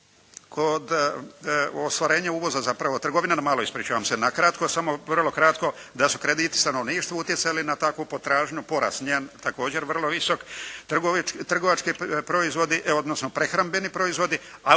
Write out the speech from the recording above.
kod ostvarenja uvoza zapravo, trgovina na malo ispričavam se na kratko. Samo vrlo kratko da su krediti stanovništva utjecali na takvu potražnju, porast njen također vrlo visok. Trgovački proizvodi, odnosno prehrambeni proizvodi,